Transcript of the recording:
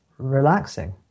relaxing